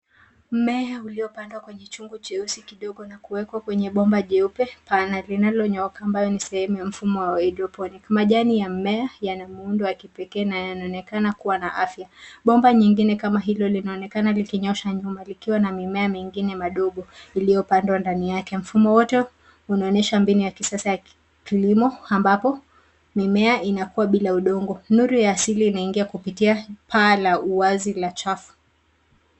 Mmea uliopandwa kwenye chungu cheusi kidogo na kuwekwa kwenye bomba jeupe pana na linalonyooka ambalo ni sehemu ya mfumo wa haidroponiki. Majani ya mimea yana muundo wa kipekee na yanaonekana kuwa na afya. Bomba nyingine kama hilo linaonekana likinyoosha nyuma likiwa na mimea mingine madogo iliyopandwa ndani yake. Mfumo wote unaonyesha mbinu ya kisasa ya kilimo ambapo mimea inakuzwa bila udongo. Nuru ya asili inaingia kupitia paa la u wazi la chafu.